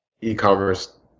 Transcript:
e-commerce